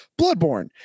Bloodborne